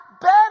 better